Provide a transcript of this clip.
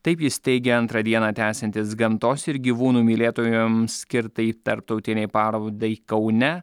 taip jis teigė antrą dieną tęsiantis gamtos ir gyvūnų mylėtojams skirtai tarptautinei parodai kaune